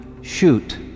shoot